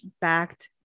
backed